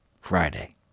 Friday